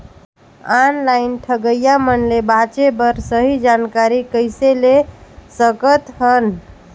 Online ठगईया मन ले बांचें बर सही जानकारी कइसे ले सकत हन?